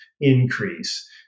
increase